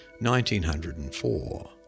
1904